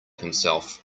himself